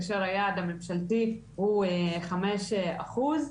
כאשר היעד הממשלתי הוא חמישה אחוז.